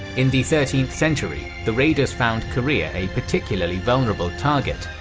in the thirteenth century the raiders found korea a particularly vulnerable target,